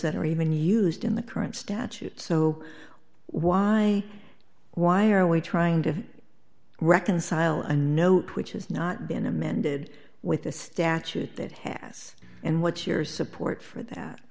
that are even used in the current statute so why why are we trying to reconcile a note which has not been amended with the statute that has and what your support for that